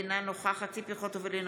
אינה נוכחת ציפי חוטובלי,